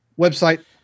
website